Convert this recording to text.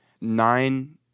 nine